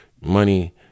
money